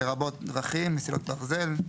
לרבות דרכים, מסילות ברזל,